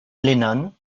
lennon